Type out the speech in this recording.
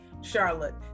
Charlotte